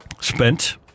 spent